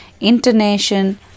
intonation